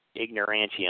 ignorantium